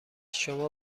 شما